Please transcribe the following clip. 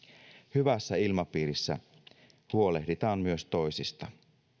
hyvässä ilmapiirissä huolehditaan myös toisista